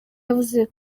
yavuze